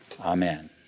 Amen